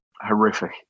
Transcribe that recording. horrific